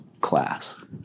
class